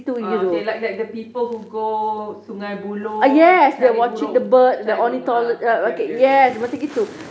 ah okay like like the people who go sungei buloh cari burung cari burung ah okay okay okay